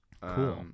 Cool